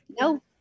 no